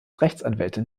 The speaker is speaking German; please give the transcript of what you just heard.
rechtsanwältin